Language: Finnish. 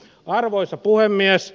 arvoisa puhemies